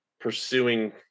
pursuing